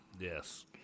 yes